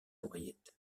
oreillettes